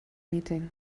meeting